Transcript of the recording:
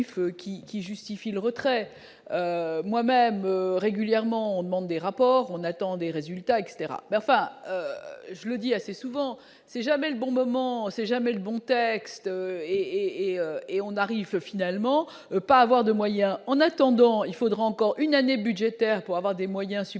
qui justifie le retrait moi-même régulièrement demande rapports, on attend des résultats etc, mais enfin je le dis, assez souvent, c'est jamais le bon moment, c'est jamais le bon texte et et et on arrive finalement pas avoir de moyens en attendant, il faudra encore une année budgétaire pour avoir des moyens supplémentaires